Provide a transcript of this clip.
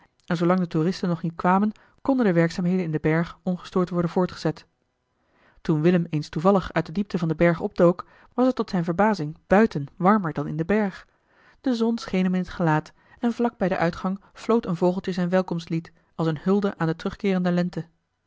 en zoolang de toeristen nog niet kwamen konden de werkzaamheden in den berg ongestoord worden voortgezet toen willem eens toevallig uit de diepte van den berg opdook was het tot zijne verbazing buiten warmer dan in den berg de zon scheen hem in het gelaat en vlak bij den uitgang floot een vogeltje zijn welkomstlied als eene hulde aan de terugkeerende lente